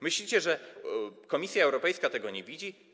Myślicie, że Komisja Europejska tego nie widzi?